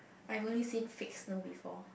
I only seen fake snow before